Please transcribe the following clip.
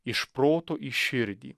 iš proto į širdį